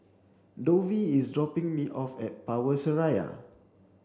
Dovie is dropping me off at Power Seraya